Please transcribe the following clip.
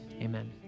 amen